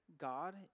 God